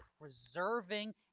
preserving